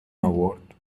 آورد